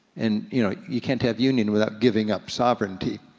and you know, you can't have union without giving up sovereignty.